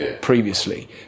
previously